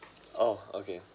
oh okay